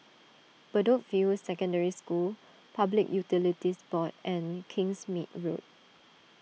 Bedok View Secondary School Public Utilities Board and Kingsmead Road